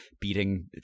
beating